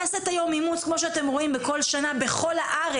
יעשו את יום האימוץ שאתם רואים את המספר שלהם בכל שנה - וזה בכל הארץ,